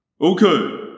Okay